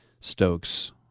stokes